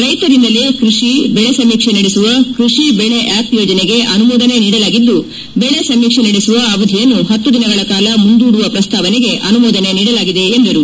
ರೈತರಿಂದಲೇ ಕೈಷಿ ಬೆಳೆ ಸಮೀಕ್ಷೆ ನಡೆಸುವ ಕೈಷಿ ಬೆಳೆ ಆಸ್ಟ್ ಯೋಜನೆಗೆ ಅನುಮೋದನೆ ನೀಡಲಾಗಿದ್ದು ಬೆಳೆ ಸಮೀಕ್ಷೆ ನಡೆಸುವ ಅವಧಿಯನ್ನು ಹತ್ತು ದಿನಗಳ ಕಾಲ ಮುಂದೂಡುವ ಪ್ರಸ್ತಾವನೆಗೆ ಅನುಮೋದನೆ ನೀಡಲಾಗಿದೆ ಎಂದರು